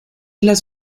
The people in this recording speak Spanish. las